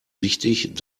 wichtig